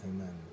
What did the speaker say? amen